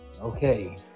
okay